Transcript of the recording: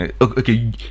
Okay